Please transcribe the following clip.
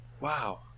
Wow